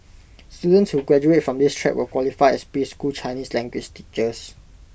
students who graduate from this track will qualify as preschool Chinese language teachers